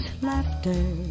laughter